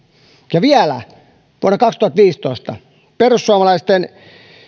ja vielä vuonna kaksituhattaviisitoista perussuomalaisten